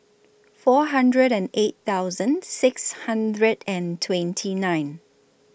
four hundred and eight thousand six hundred and twenty nine